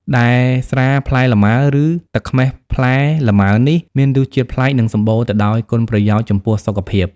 ដែល ស្រាផ្លែលម៉ើ ឬ ទឹកខ្មេះផ្លែលម៉ើនេះ មានរសជាតិប្លែក និងសម្បូរទៅដោយគុណប្រយោជន៍ចំពោះសុខភាព។